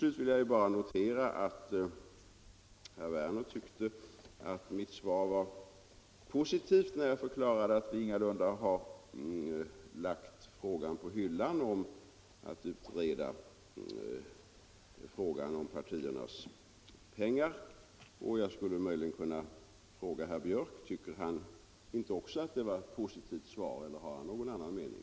Slutligen noterade jag att herr Werner i Tyresö tyckte att mitt svar var positivt, när jag förklarade att vi ingalunda har lagt frågan om en utredning rörande partiernas pengar på hyllan. Jag skulle möjligen kunna fråga om inte också herr Björck i Nässjö tyckte att det var positivt. Eller har herr Björck någon annan mening?